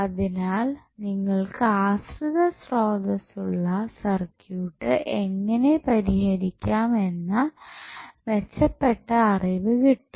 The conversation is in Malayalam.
അതിനാൽ നിങ്ങൾക്കു ആശ്രിത സ്രോതസ്സുള്ള സർക്യൂട്ട് എങ്ങനെ പരിഹരിക്കാം എന്ന മെച്ചപ്പെട്ട അറിവ് കിട്ടും